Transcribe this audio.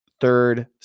Third